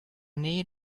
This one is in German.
nähe